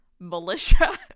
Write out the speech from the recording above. militia